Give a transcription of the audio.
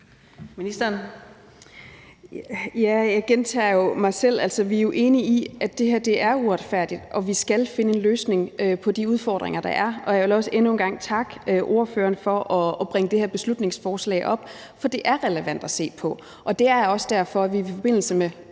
Jeg gentager jo mig selv: Vi er enige i, at det her er uretfærdigt, og vi skal finde en løsning på de udfordringer, der er, og jeg vil også endnu en gang takke ordføreren for at fremsætte det her beslutningsforslag, for det er relevant at se på. Det er også derfor, at vi i forbindelse med